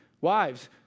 Wives